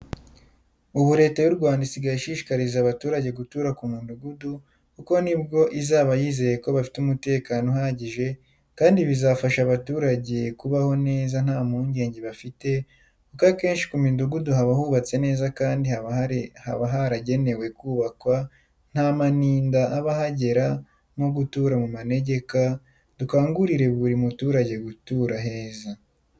Ubu Leta y'u Rwanda isigaye ishishikariza abaturage gutura ku mudugudu kuko ni bwo izaba yizeye ko bafite umutekano uhagije kandi bizafasha abaturage kubaho neza nta mpungenge bafite kuko akenshi ku midugudu haba hubatse neza kandi haba haragenewe kubakwa nta maninda aba ahagera nko gutura mu manegeka, dukangurire buri muturage gutura heza.